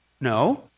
No